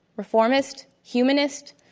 performist, humanist,